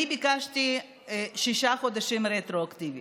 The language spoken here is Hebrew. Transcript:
אני ביקשתי שישה חודשים רטרואקטיבית.